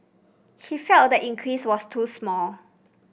he felt the increase was too small